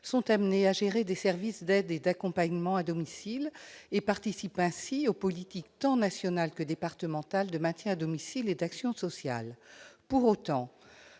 sont amenés à gérer des services d'aide et d'accompagnement à domicile et participent ainsi aux politiques tant nationales que départementales de maintien à domicile et d'action sociale. Pour autant,